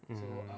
mm